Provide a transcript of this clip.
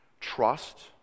Trust